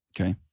Okay